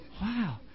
Wow